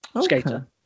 skater